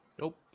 Nope